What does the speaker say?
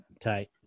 Tight